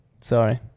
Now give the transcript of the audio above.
Sorry